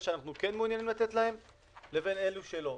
שאנחנו כן מעוניינים לתת להן לבין אלה שלא.